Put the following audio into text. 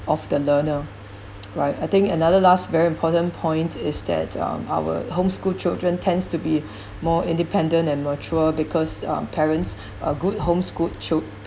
of the learner right I think another last very important point is that um our home schoolchildren tends to be more independent and mature because um parents uh good homeschooled chil~